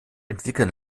entwickeln